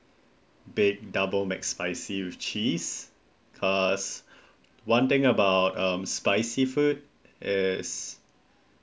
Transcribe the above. big double macspicy with cheese cause one thing about um spicy food is